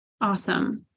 Awesome